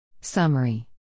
Summary